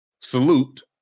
salute